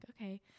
okay